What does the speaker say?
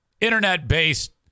internet-based